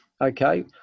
Okay